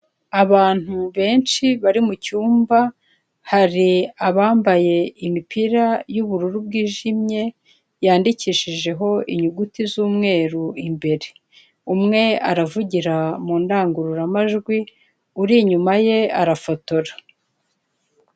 Abantu benshi bari mu cyumba, hari abambaye imipira y'ubururu bwijimye, yandikishijeho inyuguti z'umweru imbere. Umwe aravugira mu ndangururamajwi, uri inyuma ye arafotora.